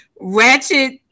ratchet